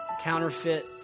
counterfeit